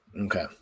Okay